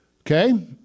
Okay